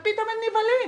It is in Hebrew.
ופתאום הם נבהלים.